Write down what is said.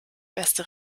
beste